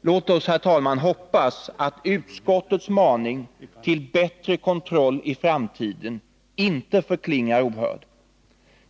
Låt oss, herr talman, hoppas att utskottets maning till bättre kontroll i framtiden inte förklingar ohörd.